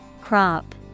Crop